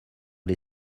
les